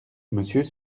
monsieur